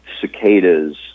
cicadas